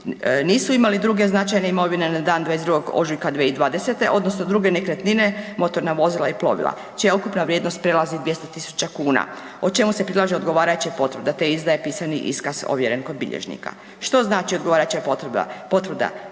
nisu imali druge značajne imovine na dan 22. ožujka 2020. odnosno druge nekretnine, motorna vozila i plovila čija ukupna vrijednost prelazi 200.000,00 kn o čemu se prilaže odgovarajuća potvrda, te izdaje pisani iskaz ovjeren kod bilježnika. Što znači odgovarajuća potvrda?